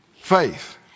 faith